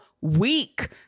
weak